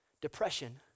Depression